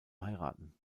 heiraten